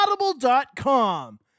audible.com